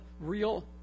real